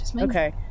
Okay